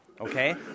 Okay